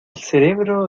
cerebro